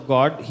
God